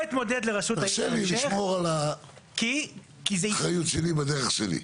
תרשה לי לשמור על האחריות שלי בדרך שלי.